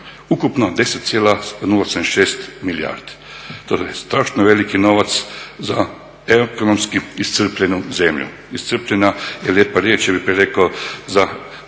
Ukupno 10,076 milijardi, to je strašno veliki novac za ekonomski iscrpljenu zemlju. Iscrpljena je lijepa riječ, ja bih prije rekao za